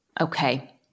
Okay